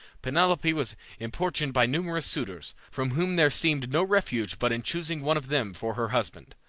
penelope was importuned by numerous suitors, from whom there seemed no refuge but in choosing one of them for her husband.